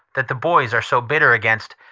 that the boys are so bitter against.